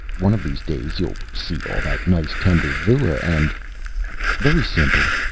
one of these days, you'll see all that nice, tender vua and very simple,